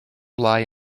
lie